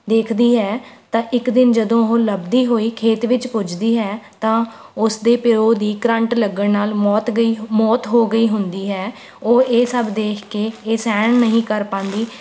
ਦੇਖਦੀ ਹੈ ਤਾਂ ਇੱਕ ਦਿਨ ਜਦੋਂ ਉਹ ਲੱਭਦੀ ਹੋਈ ਖੇਤ ਵਿੱਚ ਪੁੱਜਦੀ ਹੈ ਤਾਂ ਉਸ ਦੇ ਪਿਓ ਦੀ ਕਰੰਟ ਲੱਗਣ ਨਾਲ ਮੌਤ ਗਈ ਮੌਤ ਹੋ ਗਈ ਹੁੰਦੀ ਹੈ ਉਹ ਇਹ ਸਭ ਦੇਖ ਕੇ ਇਹ ਸਹਿਣ ਨਹੀਂ ਕਰ ਪਾਉਂਦੀ